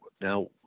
now